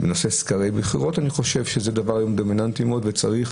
סקרי בחירות אני חושב שזה דבר דומיננטי מאוד וצריך